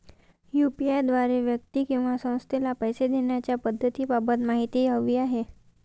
UPI द्वारे व्यक्ती किंवा संस्थेला पैसे देण्याच्या पद्धतींबाबत माहिती हवी आहे